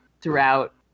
throughout